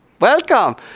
welcome